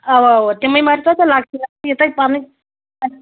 اَوا اَوا تِمَے مٲرۍتو تہٕ یہِ تۄہہِ پَنٕنۍ